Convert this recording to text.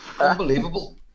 Unbelievable